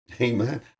Amen